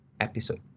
episode